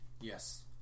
Yes